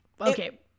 Okay